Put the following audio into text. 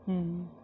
ہوں